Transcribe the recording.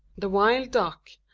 the wild duck,